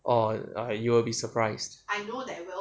orh I think you will be surprised